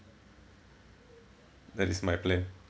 that is my plan